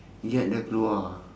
yat dah keluar